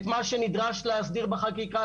את מה שנדרש להסדיר בחקיקה,